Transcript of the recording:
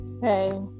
Hey